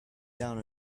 down